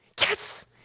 Yes